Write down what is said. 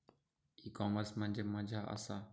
E commerce म्हणजे मझ्या आसा?